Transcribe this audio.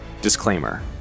Disclaimer